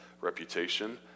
reputation